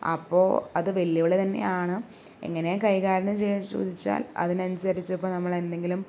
അപ്പോൾ അത് വെല്ലുവിളി തന്നെയാണ് എങ്ങനെയാണ് കൈകാര്യം ചെയ്യുക എന്ന് ചോദിച്ചാൽ അതിന് അനുസരിച്ച് ഇപ്പം നമ്മൾ എന്തെങ്കിലും